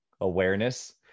awareness